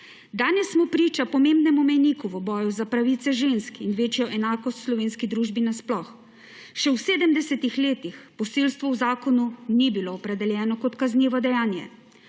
Danes smo priča pomembnemu mejniku v boju za pravice žensk in večjo enakost v slovenski družbi nasploh. Še v 70. letih posilstvo v zakonu ni bilo opredeljeno kot kaznivo dejanje.